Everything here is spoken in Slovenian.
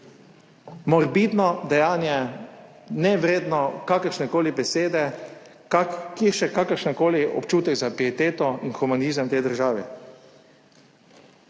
Morbidno dejanje, nevredno kakršnekoli besede. Kje je še kakršenkoli občutek za pieteto in humanizem v tej državi?